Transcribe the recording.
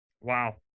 Wow